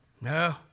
No